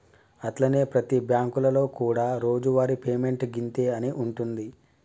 అట్లనే ప్రతి బ్యాంకులలో కూడా రోజువారి పేమెంట్ గింతే అని ఉంటుంది